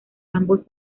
ambos